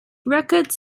records